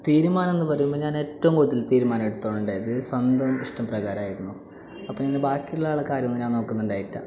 തീരുമാനം എന്ന് പറയുമ്പോൾ ഞാൻ ഏറ്റവും കൂടുതൽ തീരുമാനം എടുത്തോണ്ടായത് സ്വന്തം ഇഷ്ടപ്രകാരമായിരുന്നു അപ്പോൾ ഞാൻ ബാക്കി ഉള്ള ആൾക്കാരെ ഞാൻ ഒന്നും നോക്കുന്നുണ്ടായിട്ടില്ല